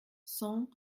cent